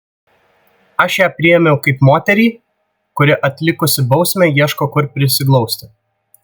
aš ją priėmiau kaip moterį kuri atlikusi bausmę ieško kur prisiglausti